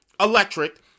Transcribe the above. electric